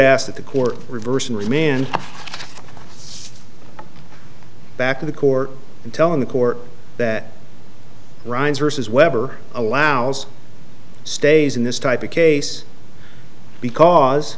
ask that the court reversing remand back to the court and telling the court that ryan's versus webber allows stays in this type of case because